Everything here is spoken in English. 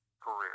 career